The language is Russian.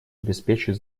обеспечит